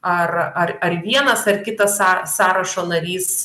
ar ar ar vienas ar kitas sąrašo narys